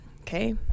okay